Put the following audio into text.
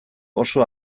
oso